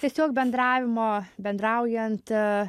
tiesiog bendravimo bendraujant